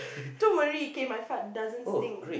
don't worry okay my fart doesn't stink